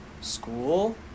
school